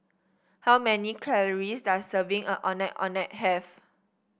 how many calories does a serving of Ondeh Ondeh have